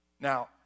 Now